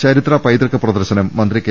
ചരിത്രപൈതൃക പ്രദർശനം മന്ത്രി കെ